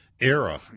era